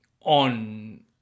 on